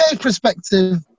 perspective